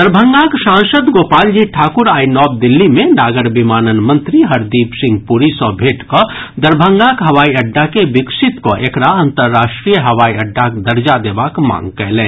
दरभंगाक सांसद गोपालजी ठाकुर आइ नव दिल्ली मे नागरविमानन मंत्री हरदीप सिंह पुरी सँ भेट कऽ दरभंगाक हवाई अड्डा के विकसित कऽ एकरा अंतर्राष्ट्रीय हवाई अड्डाक दर्जा देबाक मांग कयलनि